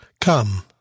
Come